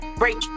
break